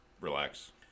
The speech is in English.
Relax